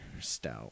stout